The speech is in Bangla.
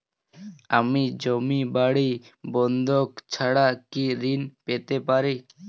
আমি জমি বাড়ি বন্ধক ছাড়া কি ঋণ পেতে পারি?